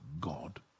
God